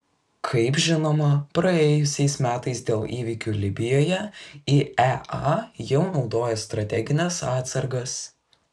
kaip žinoma praėjusiais metais dėl įvykių libijoje iea jau naudojo strategines atsargas